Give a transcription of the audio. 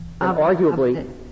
arguably